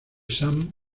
sam